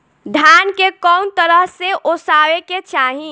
धान के कउन तरह से ओसावे के चाही?